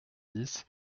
dix